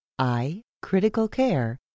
iCriticalCare